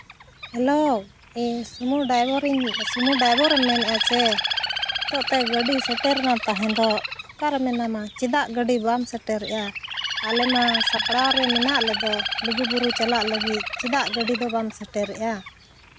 hello ᱤᱧ ᱥᱩᱢᱩ ᱰᱟᱭᱵᱷᱟᱨᱤᱧ ᱥᱚᱢᱩ ᱰᱟᱭᱵᱷᱟᱨᱮᱢ ᱢᱮᱱᱮᱫᱼᱟ ᱥᱮ ᱛᱳ ᱛᱮ ᱜᱟᱹᱰᱤ ᱥᱮᱴᱮᱨᱱᱟ ᱛᱟᱦᱮᱸ ᱫᱚ ᱚᱠᱟᱨᱮ ᱢᱮᱱᱟᱢᱟ ᱪᱮᱫᱟᱜ ᱜᱟᱹᱰᱤ ᱵᱟᱢ ᱥᱮᱴᱮᱨᱮᱜᱫᱼᱟ ᱟᱞᱮ ᱢᱟ ᱥᱟᱯᱲᱟᱣ ᱨᱮ ᱢᱱᱟᱜ ᱞᱮᱫᱚ ᱞᱩᱜᱩᱼᱵᱩᱨᱩ ᱪᱟᱞᱟᱜ ᱞᱟᱹᱜᱤᱫ ᱪᱮᱫᱟᱜ ᱜᱟᱹᱰᱤ ᱫᱚ ᱵᱟᱢ ᱥᱮᱴᱮᱨᱮᱫᱼᱟ